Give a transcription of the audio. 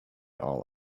all